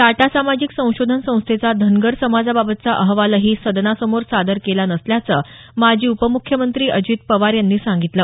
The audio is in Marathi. टाटा सामाजिक संशोधन संस्थेचा धनगर समाजाबाबतचा अहवालही सदनासमोर सादर केला नसल्याचं माजी उपमुख्यमंत्री अजित पवार यांनी सांगितलं